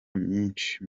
myinshi